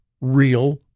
real